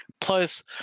plus